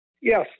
yes